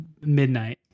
midnight